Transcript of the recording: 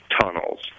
tunnels